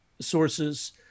sources